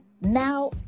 now